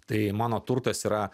tai mano turtas yra